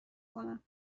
کنم